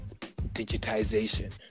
digitization